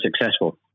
successful